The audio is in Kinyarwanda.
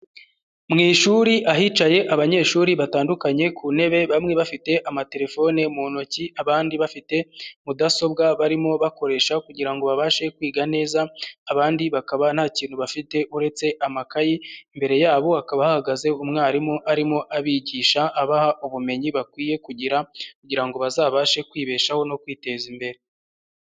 Mu ishuri ahicaye abanyeshuri batandukanye ku ntebe, bamwe bafite amatelefone mu ntoki, abandi bafite mudasobwa barimo bakoresha kugira ngo babashe kwiga neza, abandi bakaba nta kintu bafite uretse amakayi, imbere yabo hakaba hahagaze umwarimu arimo abigisha, abaha ubumenyi bakwiye kugira kugira ngo bazabashe kwibeshaho no kwiteza imbere.